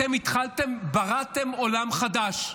אתם בראתם עולם חדש,